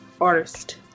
artist